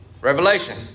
Revelation